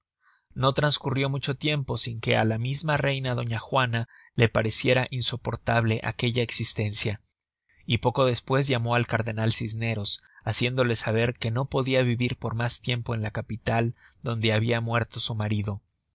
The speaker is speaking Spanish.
no trascurrió mucho tiempo sin que á la misma reina doña juana le pareciera insoportable aquella existencia y poco despues llamó al cardenal cisneros haciéndole saber que no podia vivir por mas tiempo en la capital donde habia muerto su marido